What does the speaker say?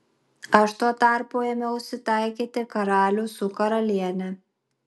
aš tuo tarpu ėmiausi taikyti karalių su karaliene